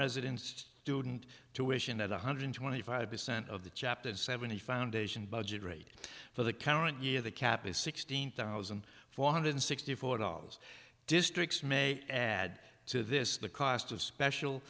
resident student tuition at one hundred twenty five percent of the chapter and seventy foundation budget rate for the current year the cap is sixteen thousand four hundred sixty four dollars districts may add to this the cost of special